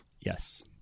Yes